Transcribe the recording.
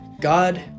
God